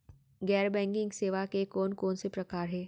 गैर बैंकिंग सेवा के कोन कोन से प्रकार हे?